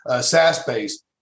SaaS-based